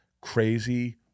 crazy